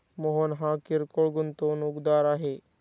मोहन हा किरकोळ गुंतवणूकदार आहे